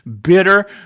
bitter